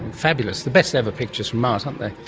fabulous, the best ever pictures from mars, aren't they.